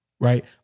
Right